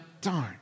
Darn